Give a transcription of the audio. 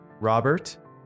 Robert